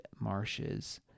marshes